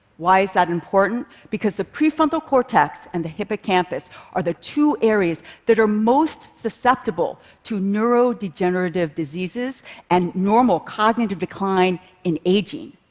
why is that important? because the prefrontal cortex and the hippocampus are the two areas that are most susceptible to neurodegenerative diseases and normal cognitive decline in aging.